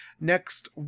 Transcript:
Next